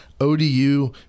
ODU